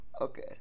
Okay